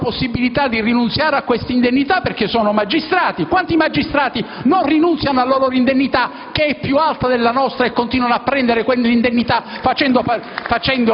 hanno la possibilità di rinunziare a quest'indennità perché sono magistrati? Quanti magistrati non rinunziano alla loro indennità, che è più alta della nostra, e continuano a prenderla, facendo